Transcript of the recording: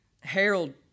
Harold